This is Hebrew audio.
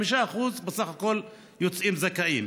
5% בסך הכול יוצאים זכאים.